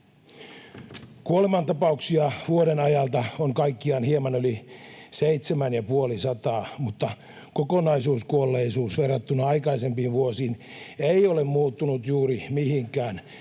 Kuolemantapauksia vuoden ajalta on kaikkiaan hieman yli 750, mutta kokonaiskuolleisuus verrattuna aikaisempiin vuosiin ei ole muuttunut juuri mihinkään,